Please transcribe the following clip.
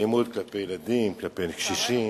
אלימות כלפי ילדים, כלפי קשישים.